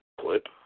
clip